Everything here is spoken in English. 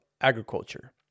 Agriculture